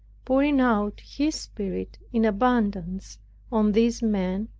pouring out his spirit in abundance on these men,